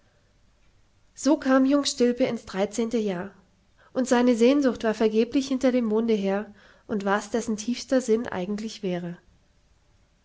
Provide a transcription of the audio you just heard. so kam jung stilpe ins dreizehnte jahr und seine sehnsucht war vergeblich hinter dem monde her und was dessen tiefster sinn eigentlich wäre